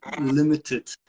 limited